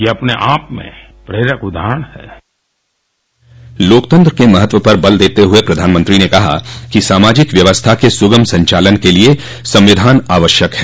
ये अपने आप में प्रेरक उदाहरण लोकतंत्र के महत्व पर बल देते हुए प्रधानमंत्री ने कहा कि सामाजिक व्यवस्था के सुगम संचालन के लिए संविधान आवश्यक है